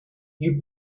you